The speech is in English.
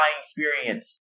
experience